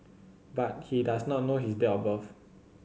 but he does not know his date of birth